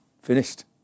finished